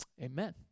Amen